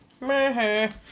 Meh